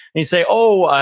he'd say, oh,